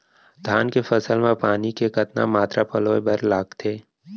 धान के फसल म पानी के कतना मात्रा पलोय बर लागथे?